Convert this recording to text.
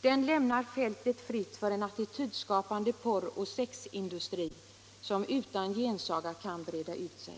Den lämnar fältet fritt för en attitydskapande porroch sexindustri som utan gensaga kan breda ut sig.